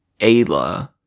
Ayla